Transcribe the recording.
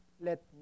Let